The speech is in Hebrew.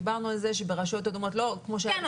דיברנו על זה שברשויות אדומות --- כן,